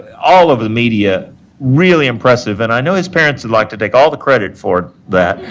all over the media really impressive, and i know his parents would like to take all the credit for that,